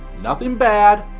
nothing bad,